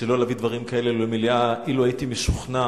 שלא להביא דברים כאלה למליאה אילו הייתי משוכנע